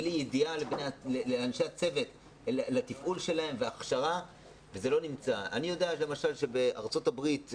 בלי ידיעה של אנשי הצוות תפעול והכשרה וזה לא נמצא בארצות הברית,